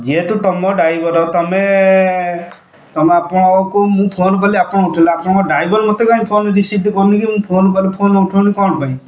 ଯେହେତୁ ତମ ଡ଼୍ରାଇଭର୍ ତମେ ମୁଁ ଫୋନ୍ କଲି ଆପଣ ଉଠେଇଲେ ଆପଣଙ୍କ ଡ଼୍ରାଇଭର୍ ମୋତେ କାଇଁ ଫୋନ୍ ରିସିଭ୍ କରୁନି କି ମୁଁ ଫୋନ୍ କଲି ଫୋନ୍ ଉଠଉନି କ'ଣ ପାଇଁ